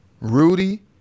Rudy